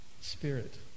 spirit